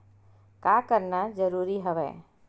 का करना जरूरी हवय?